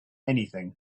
anything